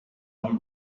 all